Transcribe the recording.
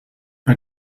bei